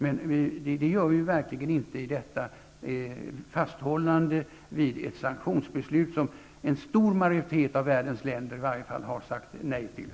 Vi bistår verkligen inte landet genom fasthållandet vid det sanktionsbeslut som en stor majoritet av världens länder har sagt nej till.